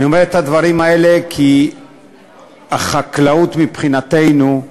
אני אומר את הדברים האלה כי החקלאות מבחינתנו היא